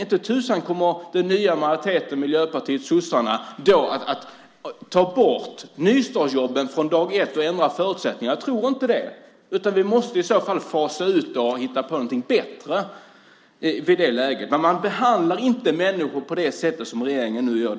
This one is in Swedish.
Inte tusan kommer den nya majoriteten Miljöpartiet-sossarna då att ta bort nystartsjobben från dag ett och ändra förutsättningarna! Jag tror inte det. Vi måste ju i så fall fasa ut det och hitta på någonting bättre i det läget. Man behandlar inte människor på det sätt som regeringen nu gör.